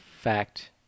fact